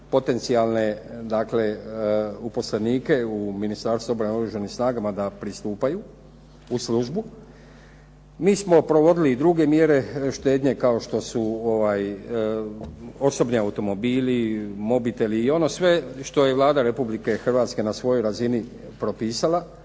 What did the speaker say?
potencijalne dakle uposlenike u Ministarstvu obrane i oružanim snagama da pristupaju u službu. Mi smo provodili i druge mjere štednje kao što su osobni automobili, mobiteli i ono što je Vlada Republike Hrvatske na svojoj razini propisala,